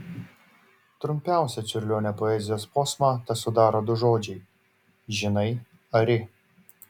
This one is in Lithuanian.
trumpiausią čiurlionio poezijos posmą tesudaro du žodžiai žinai ari